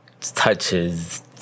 touches